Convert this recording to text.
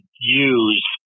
use